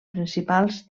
principals